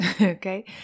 Okay